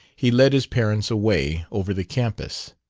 he led his parents away, over the campus.